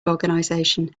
organization